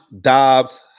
Dobbs